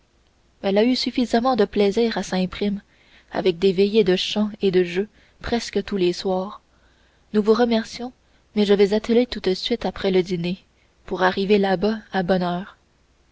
elle a eu suffisamment de plaisir à saint prime avec des veillées de chants et de jeux presque tous les soirs nous vous remercions mais je vais atteler de suite après le dîner pour arriver là-bas à bonne